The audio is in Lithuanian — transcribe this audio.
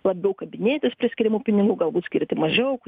labiau kabinėtis prie skiriamų pinigų galbūt skirti mažiau